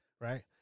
Right